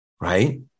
Right